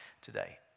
today